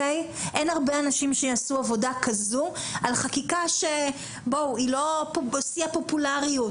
אין הרבה אנשים שיעשו עבודה כזו על חקיקה שהיא לא שיא הפופולריות,